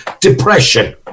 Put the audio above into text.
depression